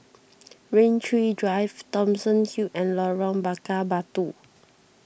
Rain Tree Drive Thomson Hill and Lorong Bakar Batu